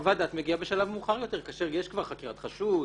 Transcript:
חוות דעת מגיעה בשלב מאוחר יותר כאשר יש כבר חקירת חשוד